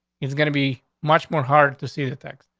it's gonna be much more hard to see the text.